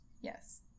Yes